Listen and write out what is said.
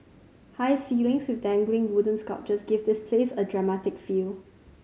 high ceilings with dangling wooden sculptures give this place a dramatic feel